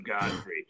Godfrey